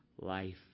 life